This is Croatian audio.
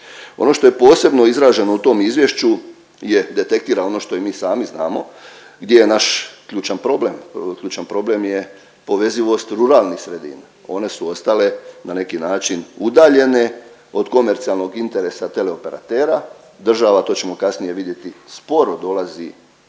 Ono što je posebno izraženo u tom izvješću je detektirano ono što i mi sami znamo, gdje je naš ključan problem? Ključan problem je povezivost ruralnih sredina, one su ostale na neki način udaljene od komercijalnog interesa teleoperatera, država, to ćemo kasnije vidjeti, sporo dolazi